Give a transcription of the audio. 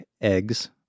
eggs